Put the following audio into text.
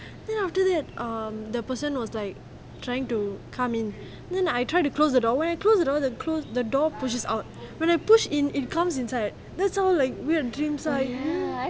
then after that um the person was like trying to come in then I try to close the door when I close the door the door pushes out when I push in it comes inside that's how like weird dreams are